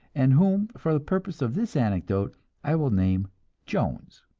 and whom for the purpose of this anecdote i will name jones.